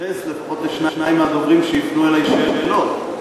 להתייחס לפחות לשניים מהדוברים, שהפנו אלי שאלות.